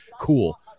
cool